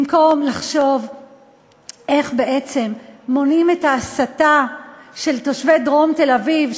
במקום לחשוב איך בעצם מונעים את ההסתה של תושבי דרום תל-אביב,